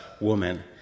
woman